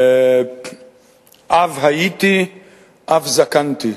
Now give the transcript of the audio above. אב הייתי אף זקנתי,